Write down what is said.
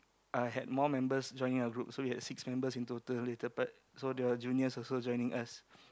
I had more members joining our group so we had six members in total later part so the juniors also joining us